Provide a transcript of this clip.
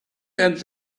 and